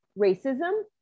racism